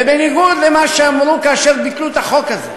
ובניגוד למה שאמרו כאשר ביטלו את החוק הזה,